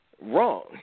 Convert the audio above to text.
Wrong